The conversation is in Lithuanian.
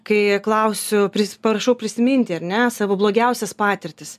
kai klausiu prisi prašau prisiminti ar ne savo blogiausias patirtis